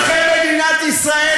מי שבא לפגע באזרחי מדינת ישראל,